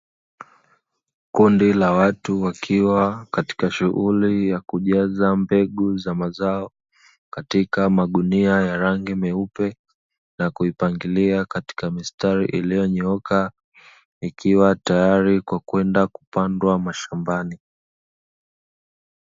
Kundi la watu wakiwa katika shughuli ya kujaza mbegu za mazao, katika magunia ya rangi meupe na kuipangilia katika mistari iliyonyooka, ikiwa tayari kwa kwenda kupandwa mashambani.